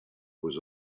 was